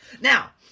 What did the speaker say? Now